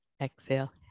Exhale